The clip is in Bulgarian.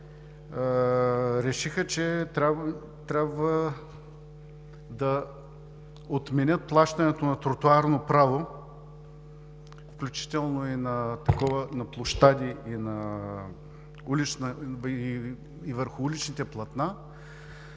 решиха, че трябва да отменят плащането на тротоарно право, включително и на такова на площади и върху уличните платна,